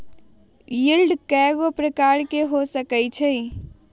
yield कयगो प्रकार के हो सकइ छइ